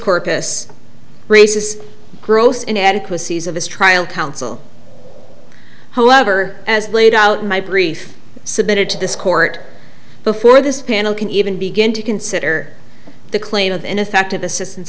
corpus races gross inadequacies of his trial counsel however as laid out in my brief submitted to this court before this panel can even begin to consider the claim of ineffective assistance